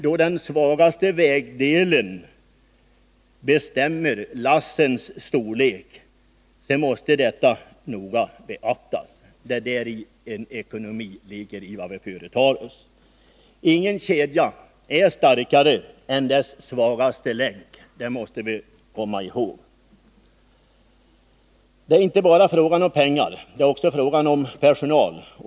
Då den svagaste vägdelen bestämmer lassens storlek måste detta noga beaktas. Ingen kedja är starkare än sin svagaste länk — det måste vi komma ihåg. Det vi företar oss måste vara ekonomiskt försvarbart. Det är inte bara fråga om pengar — det är också en fråga om personal.